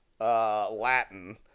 Latin